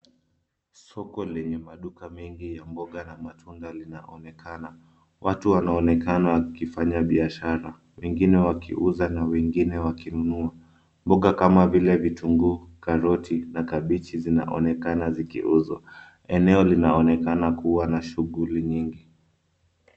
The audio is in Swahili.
Soko lenye maduka mengi ya mboga na matunda inaonekana. Watu wanaonekana wakifanya biashara. Wengine wanauza na wengine wakinunua. Mboga kama vile vitunguu, karoti na kabechi zinaonekana zikiuzwa. Eneo linaonekana kuwa na shuguli nyingi.